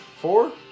four